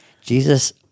Jesus